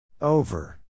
Over